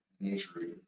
injury